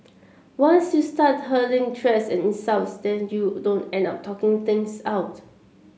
once you start hurling threats and insults then you don't end up talking things out